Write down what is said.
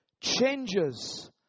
changes